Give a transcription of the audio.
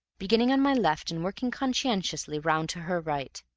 beginning on my left and working conscientiously round to her right.